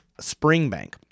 Springbank